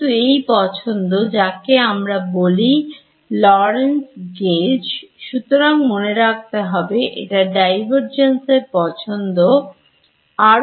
কিন্তু একে আমরা বলি Lorentez Gauge সুতরাং মনে রাখতে হবে এটা Divergence এর জন্য ঠিক আছে